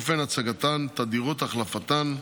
אופן הצגתן, תדירות החלפתן,